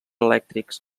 elèctrics